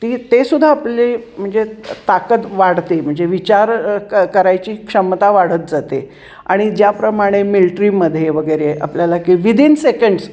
ती तेसुद्धा आपली म्हणजे ताकद वाढते म्हणजे विचार क करायची क्षमता वाढत जाते आणि ज्याप्रमाणे मिल्ट्रीमध्ये वगैरे आपल्याला की विदीन सेकंड्स